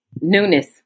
Newness